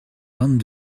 vingt